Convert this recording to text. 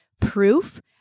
proof